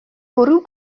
bwrw